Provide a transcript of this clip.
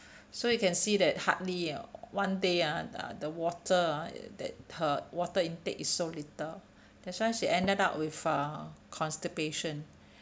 so you can see that hardly uh one day ah uh the water ah that her water intake is so little that's why she ended up with uh constipation